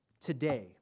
Today